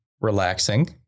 relaxing